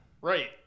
Right